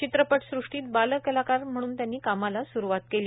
चित्रपटसृष्टीत बालकलाकार म्हणून त्यांनी कामाला सुरुवात केली